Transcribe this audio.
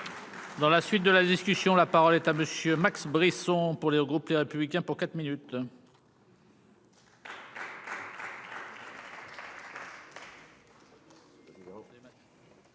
Dans la suite de la discussion, la parole est à monsieur Max Brisson pour le groupe Les Républicains pour quatre minutes.